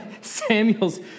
Samuel's